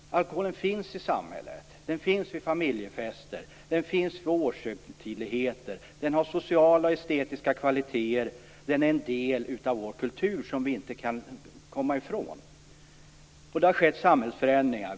Alkoholen finns i samhället. Den finns vid familjefester, den finns vid årshögtidligheter. Den har sociala och estetiska kvaliteter, och den är en del av vår kultur som vi inte kan komma ifrån. Det har skett samhällsförändringar.